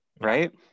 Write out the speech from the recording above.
right